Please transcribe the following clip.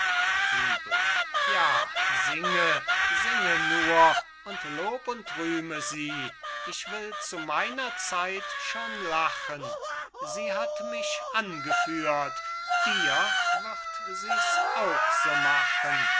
ja singe singe nur und lob und rühme sie ich will zu meiner zeit schon lachen sie hat mich angeführt dir wird sie's auch so machen